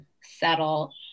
settle